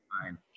fine